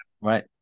right